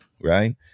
right